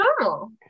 normal